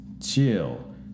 chill